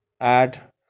add